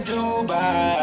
Dubai